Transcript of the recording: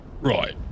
Right